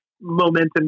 momentum